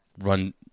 run